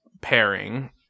pairing